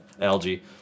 Algae